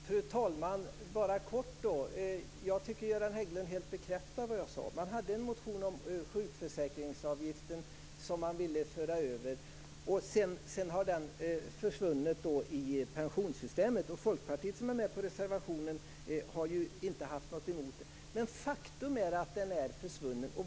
Fru talman! Jag vill bara kort säga att jag tycker att Göran Hägglund helt bekräftar det jag sade. Man hade en motion om att man ville föra över sjukförsäkringsavgiften och sedan har den försvunnit i pensionssystemet. Folkpartiet som är med på reservationen har inte haft något emot det. Men faktum är att den är försvunnen.